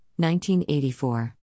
1984